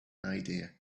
idea